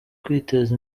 kwiteza